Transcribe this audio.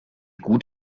gut